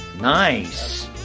Nice